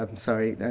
um sorry,